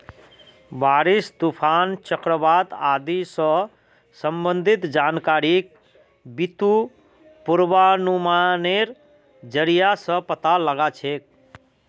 बारिश, तूफान, चक्रवात आदि स संबंधित जानकारिक बितु पूर्वानुमानेर जरिया स पता लगा छेक